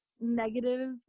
negative